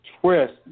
twist